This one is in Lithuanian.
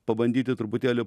pabandyti truputėlį